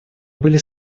были